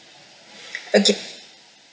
okay